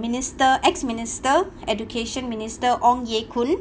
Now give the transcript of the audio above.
minister ex-minister education minister ong-ye-kung